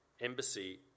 Embassy